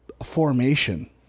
formation